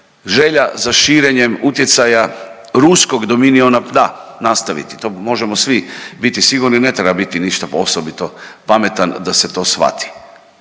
želja za širenjem utjecaja ruskog dominiona da nastaviti, to možemo svi biti sigurni, ne treba biti ništa osobito pametan da se to shvati.